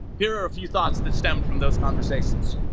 here are a few thoughts that stemmed from those conversations